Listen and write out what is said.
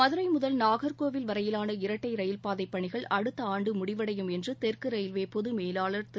மதுரை முதல் நாகர்கோவில் வரையிவான இரட்டை ரயில் பாதை பணிகள் அடுத்த ஆண்டு டிசும்பர் மாதம் முடிவடையும் என்று தெற்கு ரயில்வே பொதுமேலாளர் திரு